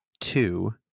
two